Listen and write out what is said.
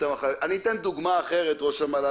אבל הם מתלבטים בדיוק כמונו,